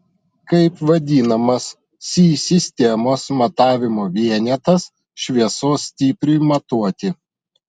kaip vadinamas si sistemos matavimo vienetas šviesos stipriui matuoti